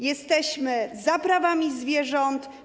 Jesteśmy za prawami zwierząt.